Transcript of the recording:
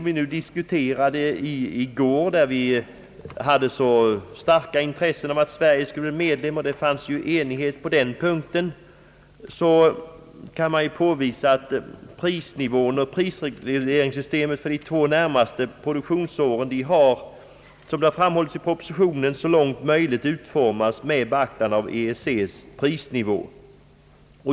Vi diskuterade EEC i går, där vi har så starka intressen av att Sverige skall bli medlem — det var ju enighet på den punkten, Prisnivån och prisregleringssystemet för de två närmaste produktionsåren har utformats med beaktande av EEC:s prisnivå.